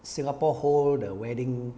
singapore hold the wedding